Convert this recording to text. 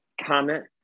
comment